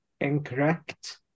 incorrect